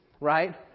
right